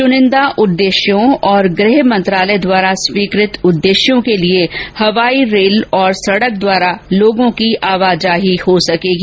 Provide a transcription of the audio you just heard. चुनिंदा उद्देश्यों और गृह मंत्रालय द्वारा स्वीकृत उद्देश्यों के लिए रेल और सड़क मार्ग द्वारा लोगों की आवाजाही हो सकेगी